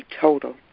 total